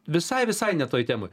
visai visai ne toj temoj